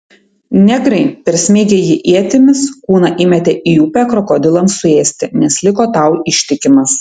negrai persmeigę jį ietimis kūną įmetė į upę krokodilams suėsti nes liko tau ištikimas